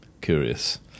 curious